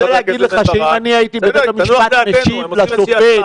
אם אני הייתי בבית המשפט משיב לשופט,